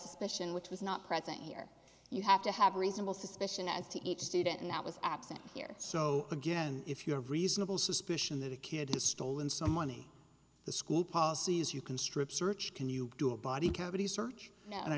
suspicion which was not present here you have to have reasonable suspicion as to each student and that was absent here so again if you have reasonable suspicion that a kid has stolen some money the school policies you can strip search can you do a body cavity search and i